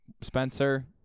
Spencer